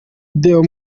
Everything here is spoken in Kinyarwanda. deo